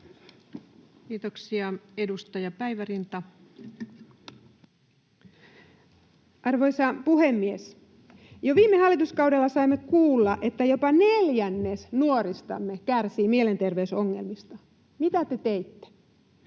Kiitoksia. — Edustaja Päivärinta. Arvoisa puhemies! Jo viime hallituskaudella saimme kuulla, että jopa neljännes nuoristamme kärsii mielenterveysongelmista — mitä te teitte?